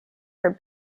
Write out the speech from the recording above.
her